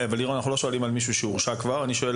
לירון, אנחנו לא שואלים על מי שהורשע או שנחקר.